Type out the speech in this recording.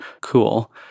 cool